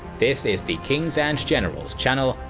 this is the kings and generals channel,